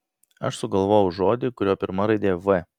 aš sugalvojau žodį kurio pirma raidė v